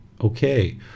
okay